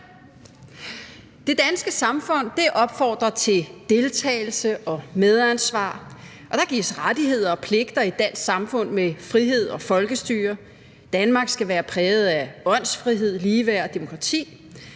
Det danske samfund opfordrer til deltagelse og medansvar, og der gives rettigheder og pligter i det danske samfund med frihed og folkestyre. Danmark skal være præget af åndsfrihed, ligeværd og demokrati.